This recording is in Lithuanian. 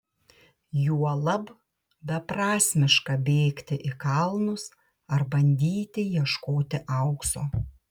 juolab beprasmiška bėgti į kalnus ar bandyti ieškoti aukso